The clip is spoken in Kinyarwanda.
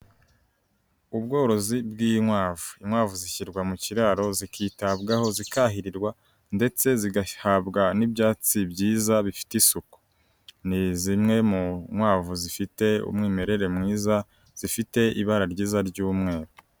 Ubworozi bw'inkwavu, inkwavu zishyirwa mu kiraro zikitabwaho, zikahirirwa ndetse zigahabwa n'ibyatsi byiza bifite isuku; ni zimwe mu nkwavu zifite umwimerere mwiza zifite ibara ryiza ry'umweru.